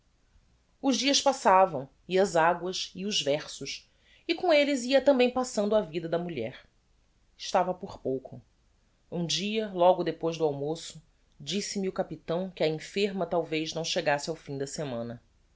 os dias passavam e as aguas e os versos e com elles ia tambem passando a vida da mulher estava por pouco um dia logo depois do almoço disse-me o capitão que a enferma talvez não chegasse ao fim da semana